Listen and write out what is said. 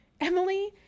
emily